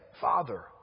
Father